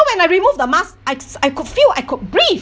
when I removed the mask I s~ I could feel I could breathe